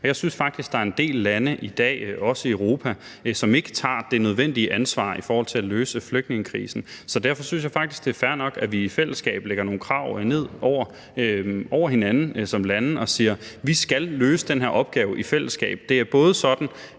jeg synes faktisk, det er en del lande i dag, også i Europa, som ikke tager det nødvendige ansvar i forhold til at løse flygtningekrisen, så derfor synes jeg faktisk, det er fair nok, at vi i fællesskab pålægger hinanden nogle krav som lande og siger: Vi skal løse den her opgave i fællesskab. Det er både sådan,